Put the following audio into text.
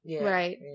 Right